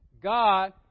God